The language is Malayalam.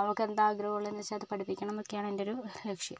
അവൾക്ക് എന്ത് ആഗ്രഹം ഉള്ളതെന്ന് വെച്ചാൽ അത് പഠിപ്പിക്കണം എന്നൊക്കെയാണ് എൻ്റെ ഒരു ലക്ഷ്യം